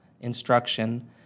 instruction